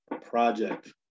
project